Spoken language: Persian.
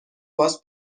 باس